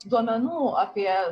duomenų apie